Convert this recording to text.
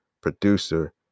producer